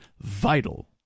vital